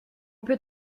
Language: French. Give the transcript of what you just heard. peut